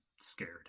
scared